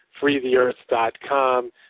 freetheearth.com